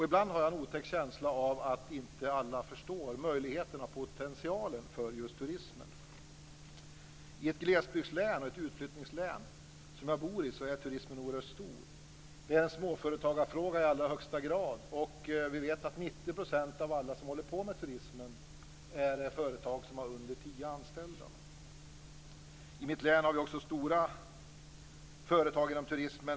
Ibland har jag en otäck känsla av att inte alla förstår möjligheterna och potentialen för just turismen. I ett glesbygdslän och ett utflyttningslän som det jag bor i är turismen oerhört stor. Det är en småföretagarfråga i allra högsta grad. Vi vet att 90 % av alla som håller på med turism är företag som har under tio anställda. I mitt län har vi också stora företag inom turismen.